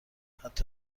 حتی